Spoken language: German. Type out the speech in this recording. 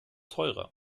teurer